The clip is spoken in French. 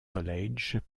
college